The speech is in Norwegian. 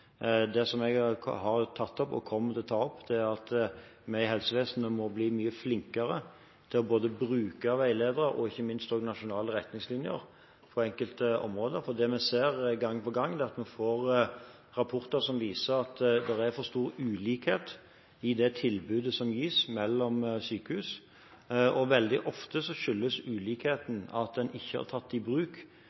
Det jeg har tatt opp, og kommer til å ta opp, er at vi i helsevesenet må bli mye flinkere til å bruke veiledere og ikke minst de nasjonale retningslinjer på enkelte områder. For vi ser gang på gang at vi får rapporter som viser at det er for stor ulikhet i det tilbudet som gis mellom sykehus, og veldig ofte skyldes ulikheten at en verken har tatt i bruk